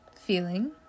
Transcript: feeling